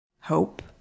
Hope